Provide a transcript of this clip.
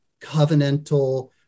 covenantal